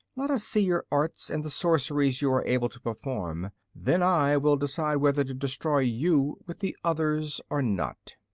let us see your arts, and the sorceries you are able to perform. then i will decide whether to destroy you with the others or not.